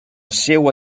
seua